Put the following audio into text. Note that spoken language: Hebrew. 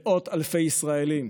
מאות אלפי ישראלים,